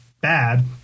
bad